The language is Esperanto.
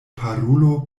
parolu